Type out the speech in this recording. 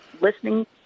listening